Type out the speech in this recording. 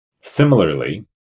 Similarly